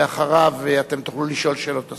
ולאחריו תוכלו לשאול שאלות נוספות,